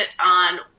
on